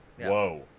Whoa